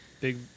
Big